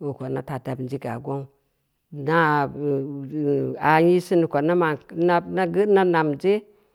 oo ko n da taa tabm ziga gong, ina hmm aa n i’ sinneu ko neu ma’n na namje